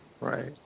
Right